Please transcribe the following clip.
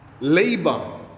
labor